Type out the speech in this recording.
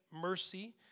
mercy